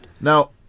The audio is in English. now